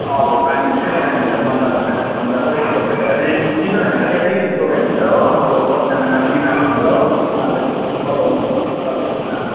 हजुर पानीहरू चाहिँ नानीहरूलाई मनतातो खानेलाई मनतातो चिसो खानेलाई चाहिँ चिसो खानेलाई चाहिँ यतै प्रोभाइड हुन्छ हो अब कतिजना नानी बिमार हुन्छ हो उनीहरूलाई चाहिँ गर्दा हुन्छ तातो पानी लाँदा